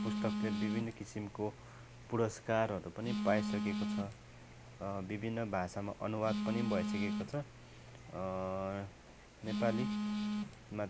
ती पुस्तकले बिभिन्न किसिमको पुरस्कारहरू पनि पाइसकेको छ बिभिन्न भाषामा अनुवाद पनि भइसकेको छ नेपालीमा त